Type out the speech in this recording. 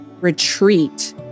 retreat